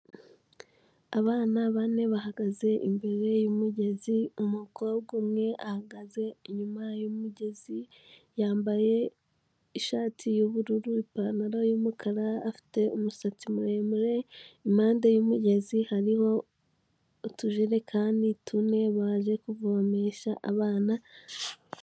Abana bane bahagaze imbere y'umugezi, umukobwa umwe ahagaze inyuma y'umugezi, yambaye ishati y'ubururu ipantaro y'umukara, afite umusatsi muremure, impande y'umugezi, hariho utujerekani tune, baje kuvomesha abana.